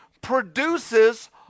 produces